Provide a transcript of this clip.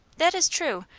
that is true,